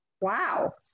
wow